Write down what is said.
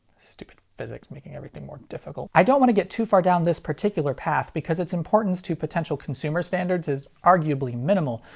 stupid physics. making everything difficult. i don't want to get too far down this particular path because its importance to potential consumer standards is arguably minimal,